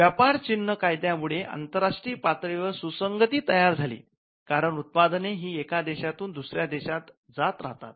व्यापार चिन्ह कायद्या मुळे आंतरराष्ट्रीय पातळी वर सुसंगती तयार झालीकारण उत्पादने ही एका देशातून दुसऱ्या देशात जात राहतात